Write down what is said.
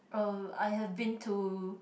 uh I have been to